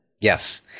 Yes